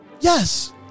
Yes